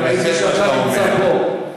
אני ראיתי שעכשיו הוא נמצא פה.